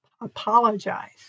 apologize